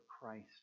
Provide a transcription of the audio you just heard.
Christ